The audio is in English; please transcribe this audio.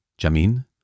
Jamin